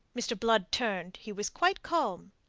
mr. blood turned. he was quite calm.